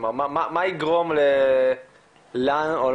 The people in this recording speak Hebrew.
כלומר מה יגרום למשרד,